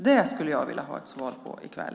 Det skulle jag vilja ha ett svar på i kväll.